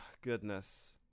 goodness